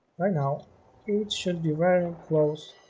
right now it should be wearing clothes